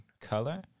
color